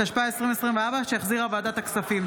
התשפ"ה 2024, שהחזירה ועדת הכספים.